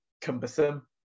cumbersome